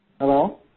Hello